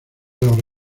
los